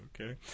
Okay